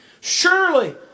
Surely